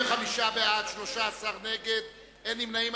45 בעד, 13 נגד, אין נמנעים.